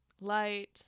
light